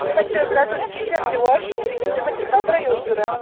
تِمَن چھِ حظ رَٹُن کِچَن تہِ واشروٗم تہِِ تِمَن چھِ کَمرٕے یوت ضوٚرَتھ